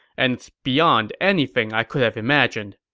and it's beyond anything i could have imagined.